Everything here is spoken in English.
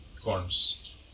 corns